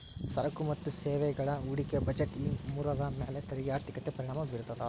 ಸರಕು ಮತ್ತ ಸೇವೆಗಳ ಹೂಡಿಕೆ ಬಜೆಟ್ ಈ ಮೂರರ ಮ್ಯಾಲೆ ತೆರಿಗೆ ಆರ್ಥಿಕತೆ ಪರಿಣಾಮ ಬೇರ್ತದ